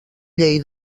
llei